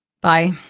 bye